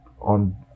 on